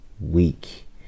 week